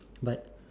but